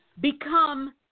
become